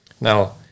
Now